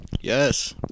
Yes